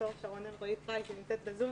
ד"ר שרון אלרעי פרייס שנמצאת בזום,